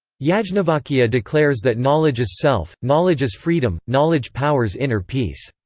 yeah yajnavalkya declares that knowledge is self, knowledge is freedom, knowledge powers inner peace.